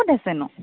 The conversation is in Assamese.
ক'ত আছেনো